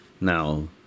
now